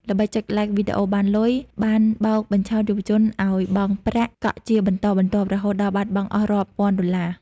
ល្បិច "ចុច Like វីដេអូបានលុយ" បានបោកបញ្ឆោតយុវជនឱ្យបង់ប្រាក់កក់ជាបន្តបន្ទាប់ រហូតដល់បាត់បង់អស់រាប់ពាន់ដុល្លារ។